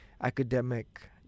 academic